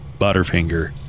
Butterfinger